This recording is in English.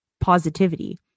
positivity